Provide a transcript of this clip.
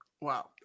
wow